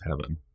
heaven